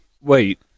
Wait